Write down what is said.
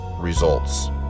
results